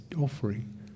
offering